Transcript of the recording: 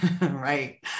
right